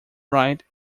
right